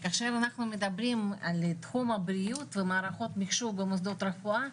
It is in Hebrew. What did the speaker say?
כאשר אנחנו מדברים על תחום הבריאות ומערכות מחשוב במוסדות רפואה,